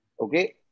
Okay